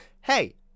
hey